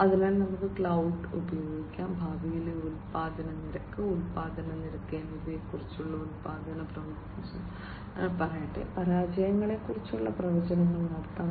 അതിനാൽ നമുക്ക് ക്ലൌഡ് ഉപയോഗിക്കാം ഭാവിയിലെ ഉൽപ്പാദന നിരക്ക് ഉൽപ്പാദന നിരക്ക് എന്നിവയെക്കുറിച്ചുള്ള ഉൽപ്പാദന പ്രവചനങ്ങൾ പറയട്ടെ പരാജയങ്ങളെക്കുറിച്ചുള്ള പ്രവചനങ്ങൾ നടത്താം